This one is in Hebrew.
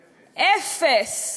אפס.